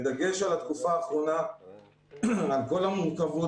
בדגש על התקופה האחרונה על כל המורכבות